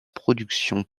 productions